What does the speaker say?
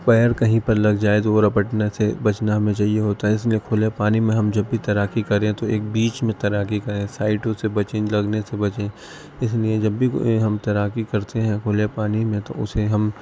پیر کہیں پر لگ جائے تو وہ رپٹنے سے بچنا ہمیں چاہیے ہوتا ہے اس لیے کھلے پانی میں ہم جب بھی تیراکی کریں تو ایک بیچ میں تیراکی کریں سائٹوں سے بچیں لگنے سے بچیں اس لیے جب بھی کوئی ہم تیراکی کرتے ہیں کھلے پانی تو اسے ہم